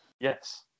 Yes